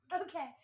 Okay